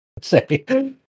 Say